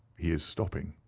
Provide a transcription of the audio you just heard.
he is stopping.